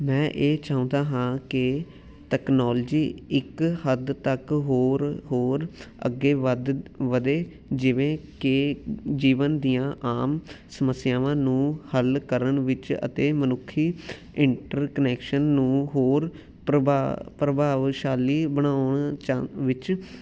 ਮੈਂ ਇਹ ਚਾਹੁੰਦਾ ਹਾਂ ਕਿ ਤਕਨੋਲਜੀ ਇੱਕ ਹੱਦ ਤੱਕ ਹੋਰ ਹੋਰ ਅੱਗੇ ਵੱਧ ਵਧੇ ਜਿਵੇਂ ਕਿ ਜੀਵਨ ਦੀਆਂ ਆਮ ਸਮੱਸਿਆਵਾਂ ਨੂੰ ਹੱਲ ਕਰਨ ਵਿੱਚ ਅਤੇ ਮਨੁੱਖੀ ਇੰਟਰ ਕਨੈਕਸ਼ਨ ਨੂੰ ਹੋਰ ਪ੍ਰਭਾਵ ਪ੍ਰਭਾਵਸ਼ਾਲੀ ਬਣਾਉਣ 'ਚ ਵਿੱਚ